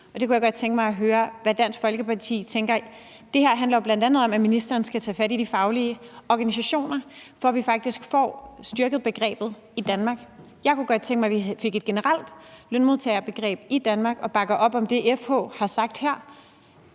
Det kunne jeg godt tænke mig at høre hvad Dansk Folkeparti tænker om. Det her handler jo bl.a. om, at ministeren skal tage fat i de faglige organisationer, for at vi faktisk får styrket begrebet i Danmark. Jeg kunne godt tænke mig, at vi fik et generelt lønmodtagerbegreb i Danmark, og bakker op om det, FH har sagt om